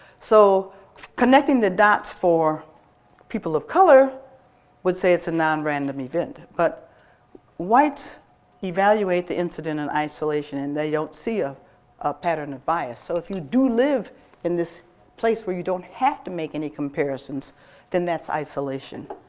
so connecting the dots for people of color would say it's a non-random event but whites evaluate the incident in isolation and they don't see ah a pattern of bias so if you do live in this place where you don't have to make any comparisons then that's isolation.